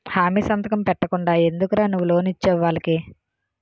హామీ సంతకం పెట్టకుండా ఎందుకురా నువ్వు లోన్ ఇచ్చేవు వాళ్ళకి